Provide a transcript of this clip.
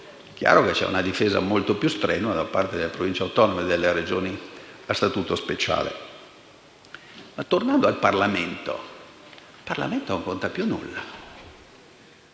chiaro che c'è una difesa molto più strenua da parte delle Province autonome e delle Regioni a Statuto speciale. Ma, tornando al Parlamento, il Parlamento non conta più nulla.